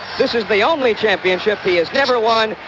this is the only championship he has ever won.